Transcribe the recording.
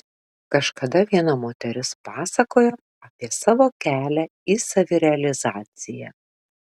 kažkada viena moteris pasakojo apie savo kelią į savirealizaciją